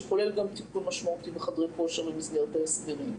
שכולל גם תיקון משמעותי בחדרי כושר במסגרת ההסדרים.